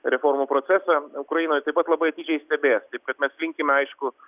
reformų procesam ukrainoj taip pat labai atidžiai stebės taip kad mes linkime aišku